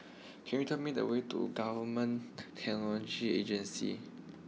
can you tell me the way to Government Technology Agency